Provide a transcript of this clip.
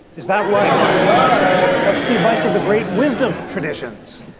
is that right? yes, she said. that's the advice of the great wisdom traditions.